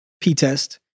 P-test